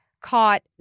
caught